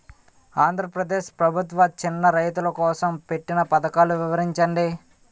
ఆంధ్రప్రదేశ్ ప్రభుత్వ చిన్నా రైతుల కోసం పెట్టిన పథకాలు వివరించండి?